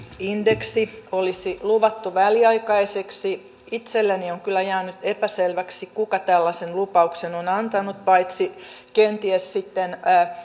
indeksi olisi luvattu väliaikaiseksi itselleni on kyllä jäänyt epäselväksi kuka tällaisen lupauksen on antanut paitsi kenties sitten